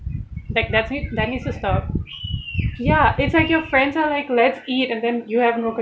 that that need that needs to stop ya it's like your friends are like let's eat and then you have no